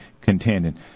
contending